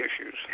issues